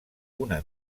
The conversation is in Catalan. una